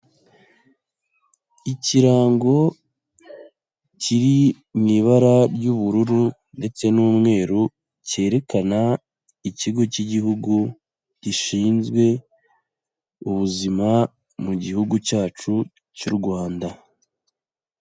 Ikirango kiri mu ibara ry'ubururu ndetse n'umweru, kerekana Ikigo k'Igihugu gishinzwe Ubuzima mu gihugu cyacu cy'u Rwanda.